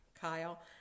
Kyle